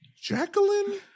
jacqueline